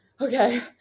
okay